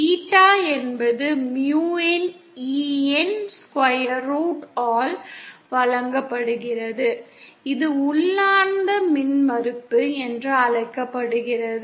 Eta என்பது mu இன் E இன் square rootஆல் வழங்கப்படுகிறது இது இன்றின்சிக் மின்மறுப்பு என்று அழைக்கப்படுகிறது